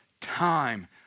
time